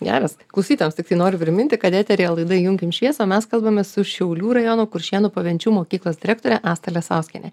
geras klausytojams tiktai noriu priminti kad eteryje laida įjunkim šviesą o mes kalbamės su šiaulių rajono kuršėnų pavenčių mokyklos direktore asta lesauskiene